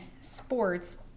sports